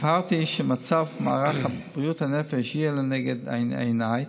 הבהרתי שמצב מערך בריאות הנפש יהיה לנגד עיניי